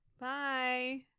Bye